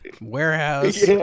warehouse